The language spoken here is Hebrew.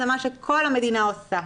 זה מה שכל המדינה עושה.